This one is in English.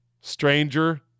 Stranger